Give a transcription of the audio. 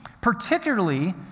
particularly